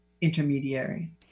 intermediary